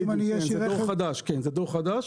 בדיוק, זה דור חדש.